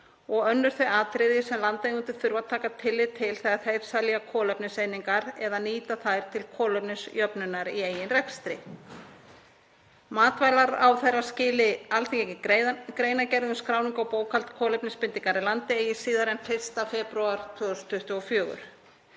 og önnur þau atriði sem landeigendur þurfa að taka tillit til þegar þeir selja kolefniseiningar eða nýta þær til kolefnisjöfnunar í eigin rekstri. Matvælaráðherra skili Alþingi greinargerð um skráningu og bókhald kolefnisbindingar í landi eigi síðar en 1. febrúar 2024.“